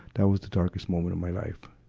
that was the darkest moment of my life.